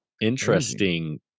interesting